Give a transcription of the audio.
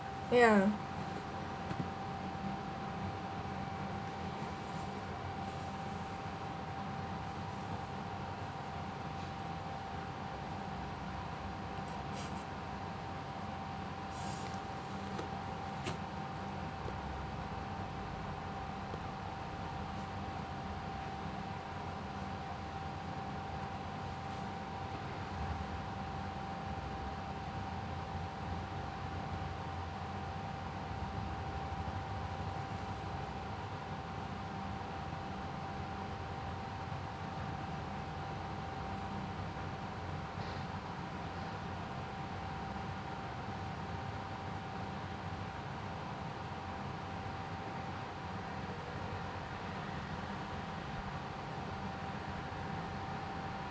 ya